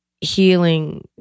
healing